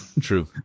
True